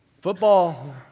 Football